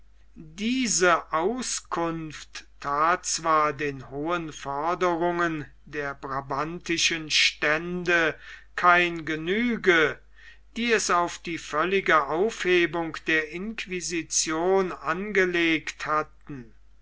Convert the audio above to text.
diese auskunft that zwar den hohen forderungen der brabantischen stände kein genüge die es auf die völlige aufhebung der inquisition angelegt hatten